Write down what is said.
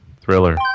Thriller